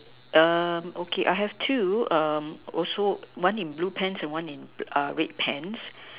okay I have two one in blue pants and one in red pants